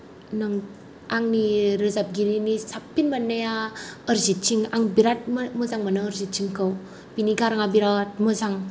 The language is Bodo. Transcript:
आंनि रोजाबगिरिनि साबसिन मोननाया अरजित सिं आं बिरात मोजां मोनो अरजित सिंखौ बिनि गाराङा बिरात मोजां